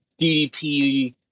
DDP